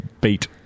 beat